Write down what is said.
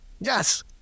Yes